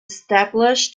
established